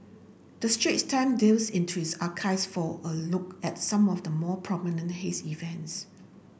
the Straits Times delves into its archives for a look at some of the more prominent haze events